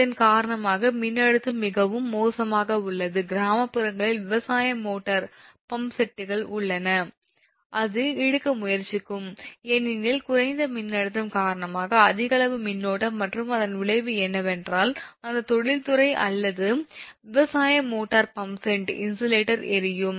இதன் காரணமாக மின்னழுத்தம் மிகவும் மோசமாக உள்ளது கிராமப்புறங்களில் விவசாய மோட்டார் பம்ப் செட்கள் உள்ளன அது இழுக்க முயற்சிக்கும் ஏனெனில் குறைந்த மின்னழுத்தம் காரணமாக அதிக அளவு மின்னோட்டம் மற்றும் அதன் விளைவு என்னவென்றால் அந்த தொழில்துறை அல்லது விவசாய மோட்டார் பம்ப் செட் இன்சுலேட்டர் எரியும்